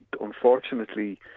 unfortunately